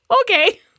okay